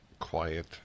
quiet